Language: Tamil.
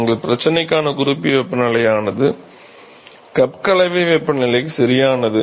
எங்கள் பிரச்சனைக்கான குறிப்பு வெப்பநிலையானது கப் கலவை வெப்பநிலைக்கு சரியானது